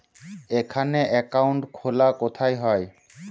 এখানে অ্যাকাউন্ট খোলা কোথায় হয়?